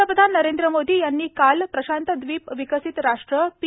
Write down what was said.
पंतप्रधान नरेंद्र मोदी यांनी काल प्रशांत दविप विकसित राष्ट्र पी